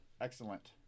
excellent